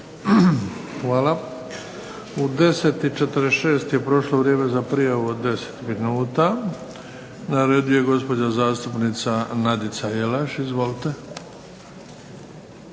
Hvala. U 10,46 je prošlo vrijeme za prijavu od 10 minuta. Na redu je gospođa zastupnica Nadica Jelaš. Izvolite.